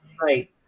Right